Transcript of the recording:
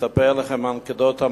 לספר לכם אנקדוטה,